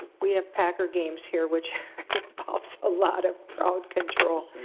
we have packer games here, which involves a lot of crowd control.